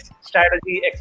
strategy